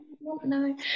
No